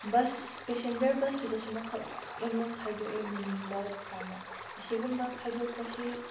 bus passenger ꯕꯁꯁꯤꯗꯁꯨ ꯃꯈꯜ ꯃꯌꯥꯝ ꯑꯃ ꯈꯥꯏꯗꯣꯛꯑꯦ ꯃꯤꯅꯤ ꯕꯁ ꯀꯥꯏꯅ ꯑꯁꯤꯒꯨꯝꯕ ꯈꯥꯏꯗꯣꯛꯄꯁꯤ